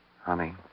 Honey